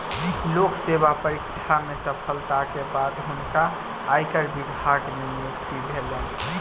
लोक सेवा परीक्षा में सफलता के बाद हुनका आयकर विभाग मे नियुक्ति भेलैन